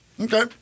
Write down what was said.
Okay